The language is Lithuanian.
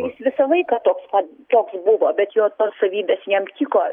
jis visą laiką toks pat toks buvo bet jo tos savybės jam tiko